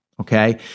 okay